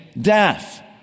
death